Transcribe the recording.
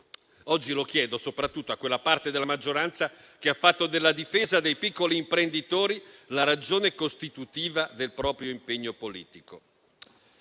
Oggi lo chiedo soprattutto a quella parte della maggioranza che ha fatto della difesa dei piccoli imprenditori la ragione costitutiva del proprio impegno politico.